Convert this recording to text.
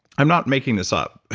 i'm not making this up.